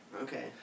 Okay